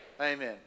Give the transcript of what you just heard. Amen